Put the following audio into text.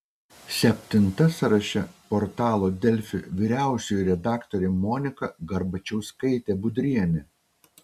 septinta sąraše portalo delfi vyriausioji redaktorė monika garbačiauskaitė budrienė